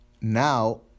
Now